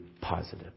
positive